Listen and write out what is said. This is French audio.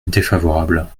défavorable